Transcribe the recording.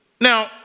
Now